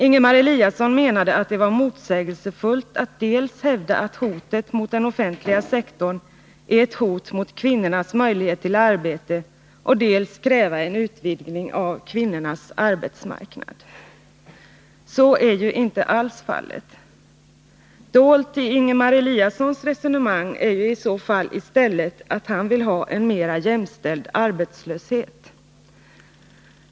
Ingemar Eliassion menade att det var motsägelsefullt att dels hävda att hotet mot den offentliga sektorn är ett hot mot kvinnornas möjligheter till arbete, dels kräva en utvidgning av kvinnornas arbetsmarknad. Så är ju inte alls fallet. Dolt i Ingemar Eliassons resonemang är i så fall i stället att han vill ha en mera jämställd arbetslöshet.